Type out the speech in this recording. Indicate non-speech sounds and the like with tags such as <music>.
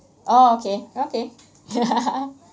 oh okay okay <laughs>